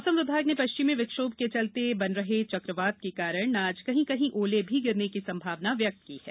मौसम विभाग ने पश्चिमी विक्षोम के चलते बन रहे चक्रवात के कारण आज कहीं कहीं ओले भी गिरने की संभावना व्यक्त की है